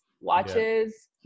watches